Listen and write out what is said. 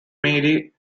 mary